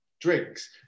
drinks